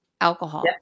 alcohol